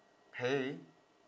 hey